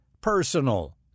personal